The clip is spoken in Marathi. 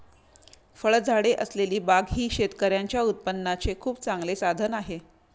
फळझाडे असलेली बाग ही शेतकऱ्यांच्या उत्पन्नाचे खूप चांगले साधन आहे